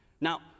Now